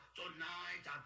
tonight